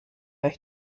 euch